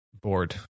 bored